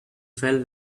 fell